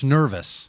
nervous